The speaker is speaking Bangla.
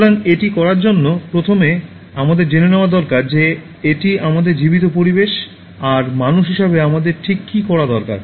সুতরাং এটি করার জন্য প্রথমে আমাদের জেনে রাখা দরকার যে এটি আমাদের জীবিত পরিবেশ আর মানুষ হিসাবে আমাদের ঠিক কি করা দরকার